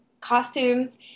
costumes